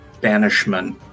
Banishment